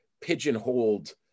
pigeonholed